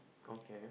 okay